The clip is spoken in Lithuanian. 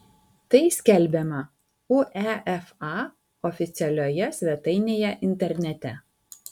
tai skelbiama uefa oficialioje svetainėje internete